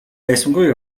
байсангүй